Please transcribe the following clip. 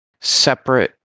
separate